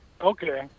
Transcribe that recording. Okay